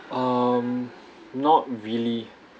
um not really